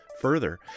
Further